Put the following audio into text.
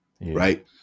Right